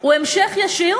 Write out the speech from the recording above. הוא המשך ישיר